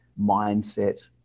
mindset